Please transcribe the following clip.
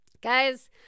Guys